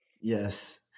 Yes